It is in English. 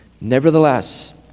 Nevertheless